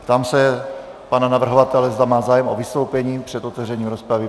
Ptám se pana navrhovatele, zda má zájem o vystoupení před otevřením rozpravy.